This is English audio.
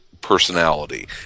personality